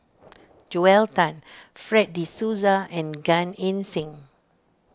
Joel Tan Fred De Souza and Gan Eng Seng